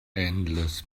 endless